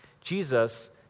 Jesus